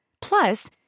Plus